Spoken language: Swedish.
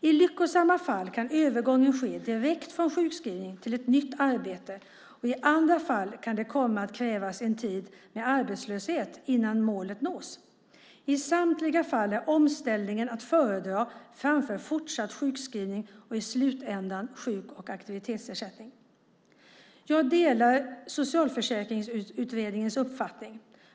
I lyckosamma fall kan övergången ske direkt från sjukskrivning till ett nytt arbete, och i andra fall kan det komma att krävas en tid med arbetslöshet innan målet nås. I samtliga fall är omställningen att föredra framför fortsatt sjukskrivning och i slutändan sjuk och aktivitetsersättning. Jag delar Socialförsäkringsutredningens uppfattning.